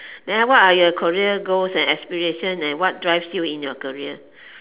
then what are your career goals and aspirations and what drives you in your career